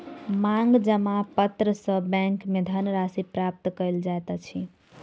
मांग जमा पत्र सॅ बैंक में धन राशि प्राप्त कयल जाइत अछि